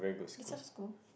school